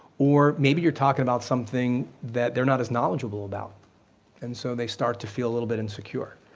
or maybe you're talking about something that they're not as knowledgeable about and so they start to feel a little bit insecure.